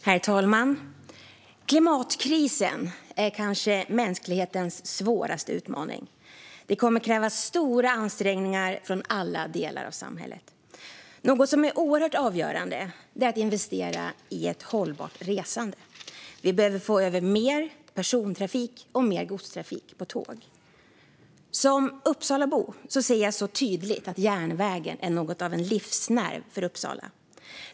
Herr talman! Klimatkrisen är kanske mänsklighetens svåraste utmaning. Det kommer att krävas stora ansträngningar från alla delar av samhället. Något som är oerhört avgörande är att investera i ett hållbart resande. Vi behöver få över mer persontrafik och godstrafik på tåg. Som Uppsalabo ser jag tydligt att järnvägen är något av en livsnerv för Uppsala.